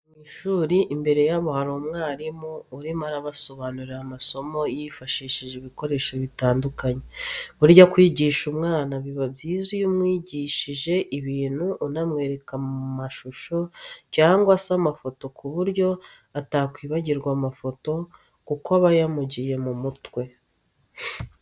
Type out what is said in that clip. Abana bari mu ishuri imbere yabo hari umwarimu urimo arabasobanurira amasomo yifashishije ibikoresho bitandukanye. Burya kwigisha umwana biba byiza iyo umwigishije ibintu unamwereka mu mashusho cyangwa se amafoto ku buryo atakwibagirwa amafoto kuko aba yamugiye mu mutwe.